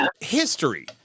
history